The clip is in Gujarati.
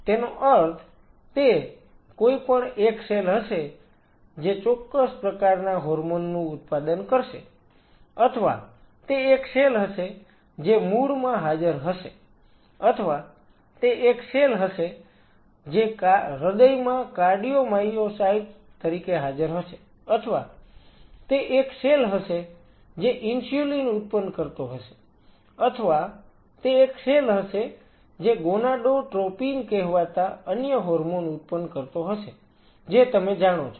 તેનો અર્થ તે કોઈપણ એક સેલ હશે જે ચોક્કસ પ્રકારના હોર્મોન નું ઉત્પાદન કરશે અથવા તે એક સેલ હશે જે મૂળ માં હાજર હશે અથવા તે એક સેલ હશે જે હૃદયમાં કાર્ડિયોમાયોસાઈટ તરીકે હાજર હશે અથવા તે એક સેલ હશે જે ઇન્સ્યુલિન ઉત્પન્ન કરતો હશે અથવા તે એક સેલ હશે જે ગોનાડોટ્રોપિન કહેવાતા અન્ય હોર્મોન ઉત્પન્ન કરતો હશે જે તમે જાણો છો